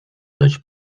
dość